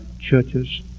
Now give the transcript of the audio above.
churches